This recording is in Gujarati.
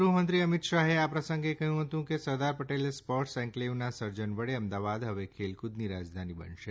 ગૃહમંત્રી અમિત શાહે આ પ્રસંગે કહ્યું હતું કે સરદાર પટેલ સ્પોર્ટ્સ એનક્લેવના સર્જન વડે અમદાવાદ હવે ખેલક્રદની રાજધાની બનશે